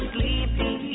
Sleepy